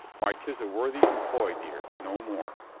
why, tis a worthy em ploy, dear, no more.